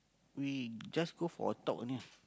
we just go for a talk only